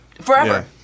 Forever